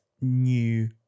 new